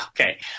okay